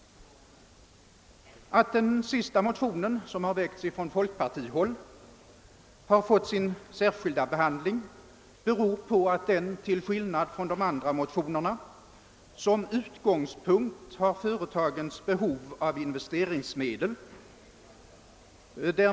Att den sistnämnda motionen, som har väckts från folkpartihåll, har fått sin särskilda behandling beror på att den, till skillnad från de andra motionerna, som utgångspunkt har företagens behov av investeringsmedel.